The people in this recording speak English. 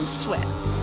sweats